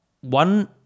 one